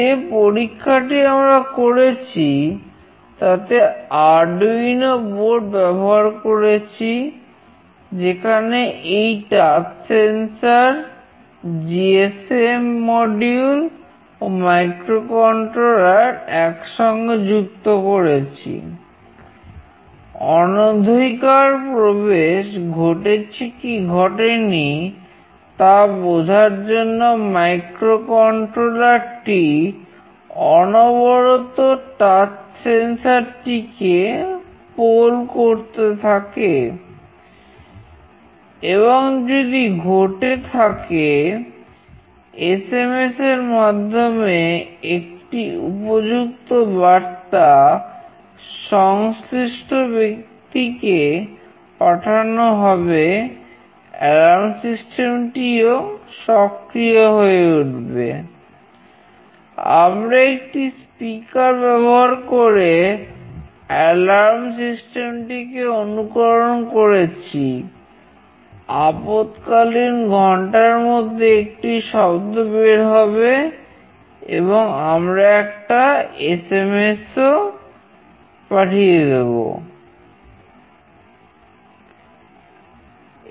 যে পরীক্ষাটি আমরা করেছি তাতে আরডুইনো বোর্ড ও পাঠিয়ে দিয়েছি